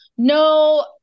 No